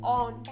on